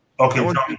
Okay